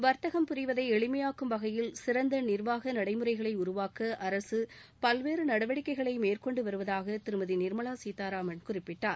வர்த்தகம் புரிவதை எளிமையாக்கும் வகையில் சிறந்த நிர்வாக நடைமுறைகளை உருவாக்க அரசு பல்வேறு நடவடிக்கைகளை மேற்கொண்டு வருவதாக திருமதி நிர்மலா சீதாராமன் குறிப்பிட்டார்